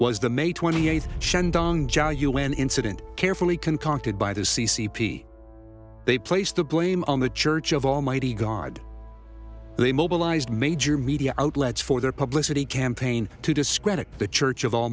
was the may twenty eighth un incident carefully concocted by the c c p they place the blame on the church of almighty god they mobilized major media outlets for their publisher the campaign to discredit the church of